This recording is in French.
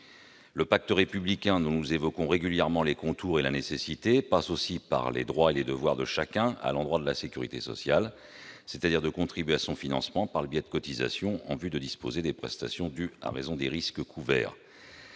Le pacte républicain dont nous évoquons régulièrement les contours et la nécessité passe aussi par les droits et les devoirs de chacun à l'endroit de la sécurité sociale, c'est-à-dire contribuer à son financement par le biais de cotisations en vue de disposer des prestations dues à raison des risques couverts.